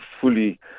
fully